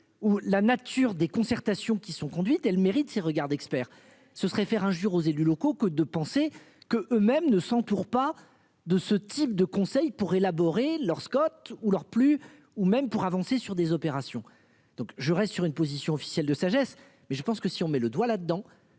où la nature des concertations qui sont conduites elle mérite ce regard d'expert. Ce serait faire injure aux élus locaux, que de penser que eux-mêmes ne s'entoure pas de ce type de conseil pour élaborer leur Scott ou leur plus. Ou même pour avancer sur des opérations. Donc je reste sur une position officielle de sagesse mais je pense que si on met le doigt là dedans.